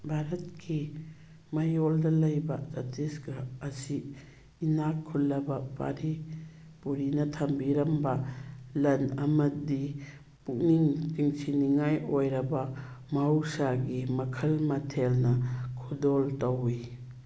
ꯚꯥꯔꯠꯀꯤ ꯃꯌꯣꯜꯗ ꯂꯩꯕ ꯆꯇꯤꯁꯒꯔ ꯑꯁꯤ ꯏꯅꯥꯛ ꯈꯨꯜꯂꯕ ꯄꯥꯔꯤ ꯄꯨꯔꯤꯅ ꯊꯝꯕꯤꯔꯝꯕ ꯂꯟ ꯑꯃꯗꯤ ꯄꯨꯛꯅꯤꯡ ꯆꯤꯡꯁꯤꯟꯅꯤꯉꯥꯏ ꯑꯣꯏꯔꯕ ꯃꯍꯧꯁꯥꯒꯤ ꯃꯈꯜ ꯃꯊꯦꯜꯅ ꯈꯨꯗꯣꯜ ꯇꯧꯋꯤ